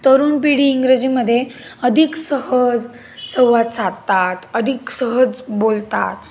तरुण पिढी इंग्रजीमधे अधिक सहज संवाद साधतात अधिक सहज बोलतात